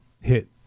hit